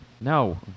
No